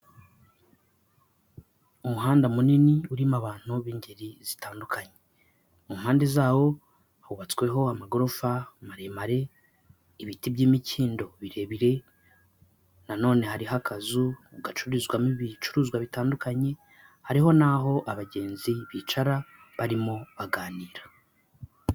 Umuhanda munini urimo abantu b'ingeri zitandukanye, mu mpande zawo hubatsweho amagorofa maremare, ibiti by'imikindo birebire, na none hariho akazu gacururizwamo ibicuruzwa bitandukanye, hari n'aho abagenzi bicara barimo baganira.